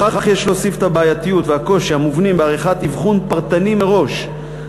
לכך יש להוסיף את הבעייתיות והקושי המובנים בעריכת אבחון פרטני מראש,